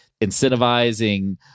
incentivizing